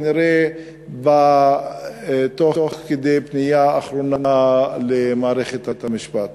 כנראה תוך כדי פנייה אחרונה למערכת המשפט.